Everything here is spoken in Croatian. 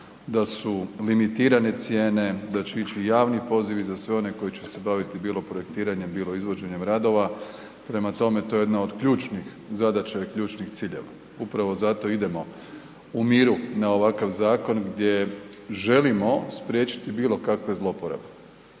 da su limitirane cijene, da će ići u javni poziv i za sve one koji će se baviti, bilo projektiranjem, bilo izvođenjem radova. Prema tome, to je jedna od ključnih zadaća i ključnih ciljeva. Upravo zato i idemo u miru na ovakav zakon gdje želimo spriječiti bilo kakve zlouporabe.